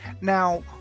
Now